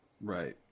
Right